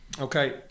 Okay